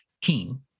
Keen